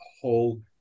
whole